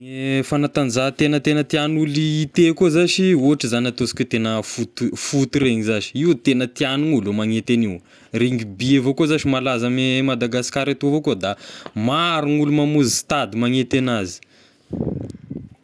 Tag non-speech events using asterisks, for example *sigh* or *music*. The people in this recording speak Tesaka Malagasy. Ny fanatanjahantegna tegna tian'ny olo hite koa zashy, ohatry zagny ataonsika hoe tegna foo- footy regny zashy, io tegna tian'ny gn'olo magnety any io, rugby avao koa zashy malaza ame Madagasikara etoa avao koa da maro ny olo mamonzy stady magnety anazy. *noise*